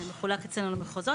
זה מחולק אצלנו במחוזות,